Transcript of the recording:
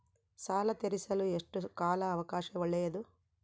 ಸಾಲ ತೇರಿಸಲು ಎಷ್ಟು ಕಾಲ ಅವಕಾಶ ಒಳ್ಳೆಯದು?